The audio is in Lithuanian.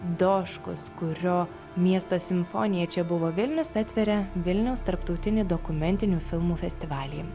doškus kurio miestas simfonija čia buvo vilnius atveria vilniaus tarptautinį dokumentinių filmų festivalį